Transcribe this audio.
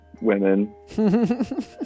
women